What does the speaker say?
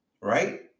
Right